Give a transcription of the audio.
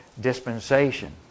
dispensation